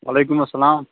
وعلیکُم اسلام